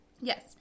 Yes